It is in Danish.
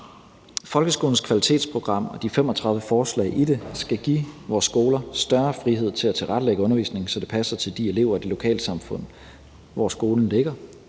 Folkeskolens kvalitetsprogram og de 35 forslag i det skal give vores skoler større frihed til at tilrettelægge undervisningen, så den passer til de elever og det lokalsamfund, som skolen ligger